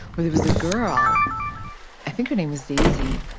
where there was a girl i think her name was zizi.